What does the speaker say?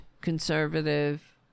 conservative